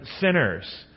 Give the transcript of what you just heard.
sinners